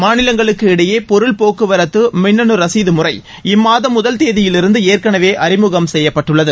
மாநிலங்களுக்கு இடையே பொருள் போக்குவரத்துக்கு மின்னணு ரசிது முறை இம்மாதம் முதல் தேதியிலிருந்து ஏற்கனவே அறிமுகம் செய்யப்பட்டுள்ளது